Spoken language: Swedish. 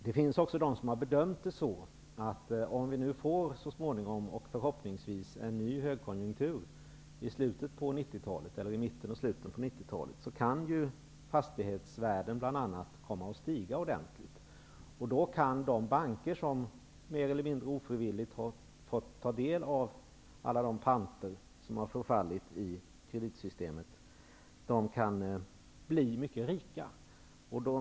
Det finns också de som har gjort bedömningen att om vi så småningom och förhoppningsvis får en ny högkonjunktur i mitten och slutet på 90-talet, kan bl.a. fastighetsvärden komma att stiga ordentligt, och då kan de banker som mer eller mindre ofrivilligt har fått del av alla de panter som har förfallit i kreditsystemet bli mycket rika.